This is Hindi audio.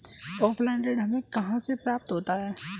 ऑफलाइन ऋण हमें कहां से प्राप्त होता है?